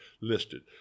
listed